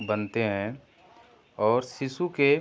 बनते हैं और शिशु के